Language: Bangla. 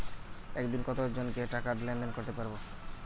একদিন কত জনকে টাকা লেনদেন করতে পারবো?